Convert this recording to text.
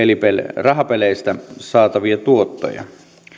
rahapeleistä saatavia tuottoja